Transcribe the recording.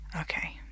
Okay